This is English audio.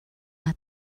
not